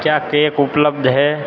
क्या केक उपलब्ध है